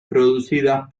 producidas